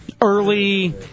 early